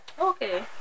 okay